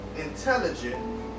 intelligent